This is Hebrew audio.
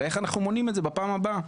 איך אנחנו מונעים את זה בפעם הבאה?